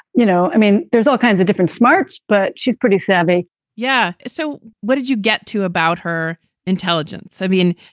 you know, i mean, there's all kinds of different smarts. but she's pretty savvy yeah. so what did you get to about her intelligence? i mean,